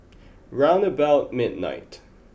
round about midnight